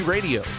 Radio